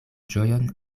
ĝojon